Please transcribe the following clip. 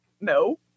No